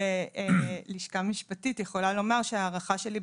אני כלשכה משפטית יכולה לומר שהערכה שלי,